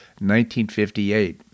1958